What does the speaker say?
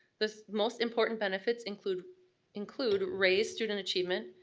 the most important benefits include include raised student achievement,